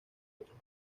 otros